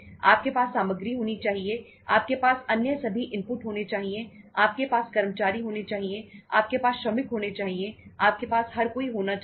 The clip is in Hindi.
आपके पास सामग्री होनी चाहिए आपके पास अन्य सभी इनपुट होने चाहिए आपके पास कर्मचारी होने चाहिए आपके पास श्रमिक होने चाहिए आपके पास हर कोई होना चाहिए